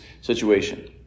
situation